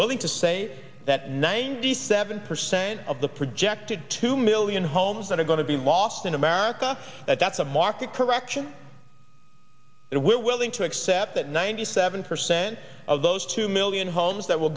willing to say that ninety seven percent of the projected two million homes that are going to be lost in america that that's a market correction that we're willing to accept that ninety seven percent of those two million homes that will